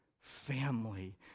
family